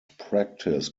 practice